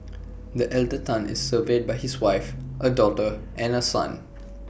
the elder Tan is survived by his wife A daughter and A son